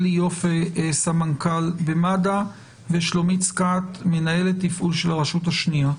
אלי יפה סמנכ"ל במד"א ושלומית סקאט מנהלת תפעול של הרשות השנייה.